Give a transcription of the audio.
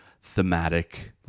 thematic